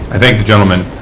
i thank the gentleman.